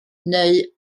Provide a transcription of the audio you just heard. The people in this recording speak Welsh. neu